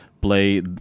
play